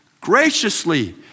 graciously